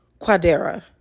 Quadera